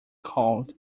called